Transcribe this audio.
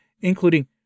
including